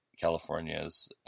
california's